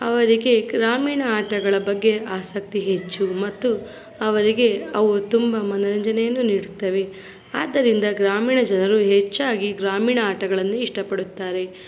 ಅವರಿಗೆ ಗ್ರಾಮೀಣ ಆಟಗಳ ಬಗ್ಗೆ ಆಸಕ್ತಿ ಹೆಚ್ಚು ಮತ್ತು ಅವರಿಗೆ ಅವು ತುಂಬ ಮನೋರಂಜನೆಯನ್ನು ನೀಡುತ್ತವೆ ಆದ್ದರಿಂದ ಗ್ರಾಮೀಣ ಜನರು ಹೆಚ್ಚಾಗಿ ಗ್ರಾಮೀಣ ಆಟಗಳನ್ನು ಇಷ್ಟ ಪಡುತ್ತಾರೆ